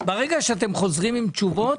ברגע שאתם חוזרים עם תשובות,